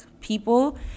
people